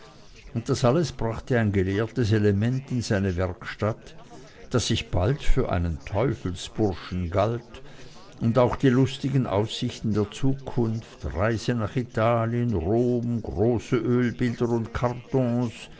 und das alles brachte ein gelehrtes element in seine werkstatt daß ich bald für einen teufelsburschen galt und auch die lustigen aussichten der zukunft reise nach italien rom große ölbilder und kartons